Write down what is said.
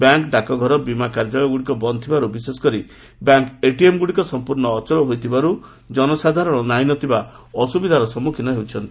bank ଡାକଘର ଓ ବୀମା କାର୍ଯ୍ୟାଳୟଗୁଡ଼ିକ ବନ୍ଦ୍ ଥିବାରୁ ବିଶେଷଶକରି ବ୍ୟାଙ୍କ୍ ଏଟିଏମ୍ଗୁଡ଼ିକ ସମ୍ମର୍ଭ୍ୟ ଅଚଳ ହୋଇଥିବାର ଜନସାଧାରଣ ନାହିଁ ନ ଥିବା ଅସୁବିଧାର ସମ୍ମୁଖୀନ ହେଉଛନ୍ତି